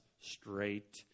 straight